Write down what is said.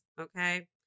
Okay